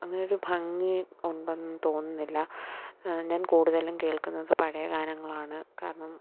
അങ്ങനെയൊരു ഭംഗി ഉണ്ടെന്ന് തോന്നുന്നില്ല ഞാൻ കൂടുതലും കേൾക്കുന്നത് പഴയ ഗാനങ്ങളാണ് കാരണം